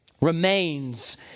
remains